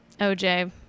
OJ